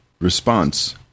response